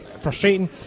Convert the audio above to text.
Frustrating